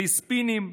בלי ספינים,